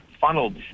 funneled